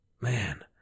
Man